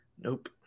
Nope